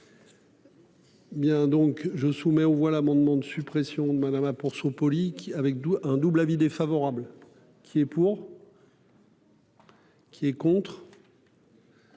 Bien donc je soumets aux voix l'amendement de suppression de Madame pour polique avec d'où un double avis défavorable qui est pour. Qui est contre.